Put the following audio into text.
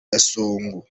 gasongo